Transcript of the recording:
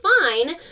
fine